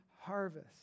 harvest